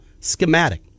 schematic